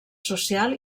social